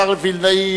השר וילנאי,